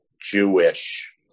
Jewish